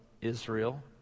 Israel